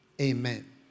Amen